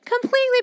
Completely